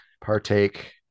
partake